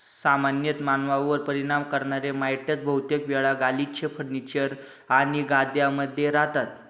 सामान्यतः मानवांवर परिणाम करणारे माइटस बहुतेक वेळा गालिचे, फर्निचर आणि गाद्यांमध्ये रहातात